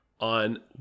on